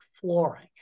flooring